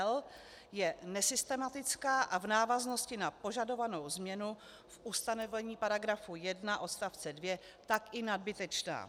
l) je nesystematická a v návaznosti na požadovanou změnu v ustanovení § 1 odst. 2 tak i nadbytečná.